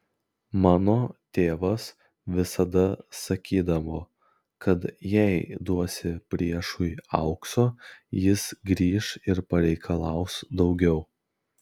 mano tėvas visada sakydavo kad jei duosi priešui aukso jis grįš ir pareikalaus daugiau